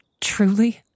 truly